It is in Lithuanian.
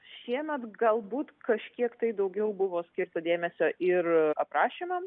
šiemet galbūt kažkiek tai daugiau buvo skirta dėmesio ir aprašymam